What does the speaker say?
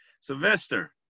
Sylvester